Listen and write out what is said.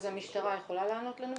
אז המשטרה יכולה לענות לנו?